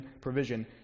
provision